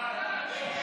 ההסתייגות (8)